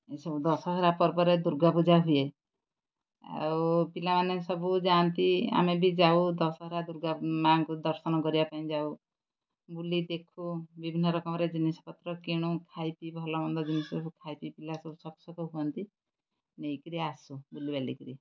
ଏସବୁ ଦଶହରା ପର୍ବରେ ଦୁର୍ଗା ପୂଜା ହୁଏ ଆଉ ପିଲାମାନେ ସବୁ ଯାଆନ୍ତି ଆମେ ବି ଯାଉ ଦଶହରା ଦୁର୍ଗା ମାଆଙ୍କୁ ଦର୍ଶନ କରିବା ପାଇଁ ଯାଉ ବୁଲି ଦେଖୁ ବିଭିନ୍ନ ରକମରେ ଜିନିଷପତ୍ର କିଣୁ ଖାଇପିଇ ଭଲ ମନ୍ଦ ଜିନିଷ ସବୁ ଖାଇପିଇ ପିଲା ସବୁ ସଫୁ ସକ ହୁଅନ୍ତି ନେଇକିରି ଆସୁ ବୁଲି ବାଲିକରି